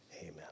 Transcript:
amen